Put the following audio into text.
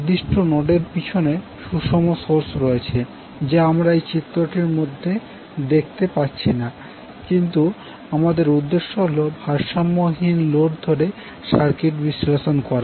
নির্দিষ্ট নোডের পিছনে সুষম সোর্স রয়েছে যা আমরা এই চিত্রটির মধ্যে দেখতে পারছি না কিন্তু আমাদের উদ্দেশ্য হল ভারসাম্যহীন লোড ধরে সার্কিট বিশ্লেষণ করা